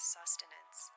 sustenance